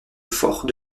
fort